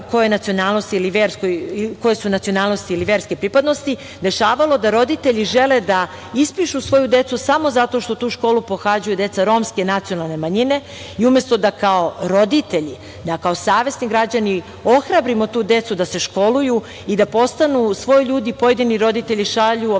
koje je nacionalnosti ili verske pripadnosti, dešavalo da roditelji žele da ispišu svoju decu samo zato što tu školu pohađaju deca romske nacionalne manjine i umesto da kao roditelji, da kao savesni građani ohrabrimo tu decu da se školuju i da postanu svoji ljudi, pojedini roditelji šalju ovako